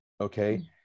Okay